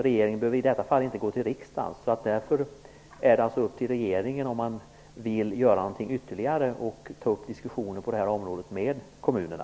Regeringen behöver i detta fall inte gå till riksdagen. Därför är det upp till regeringen att göra något ytterligare och ta upp diskussionen på detta område med kommunerna.